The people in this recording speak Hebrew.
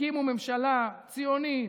תקימו ממשלה ציונית,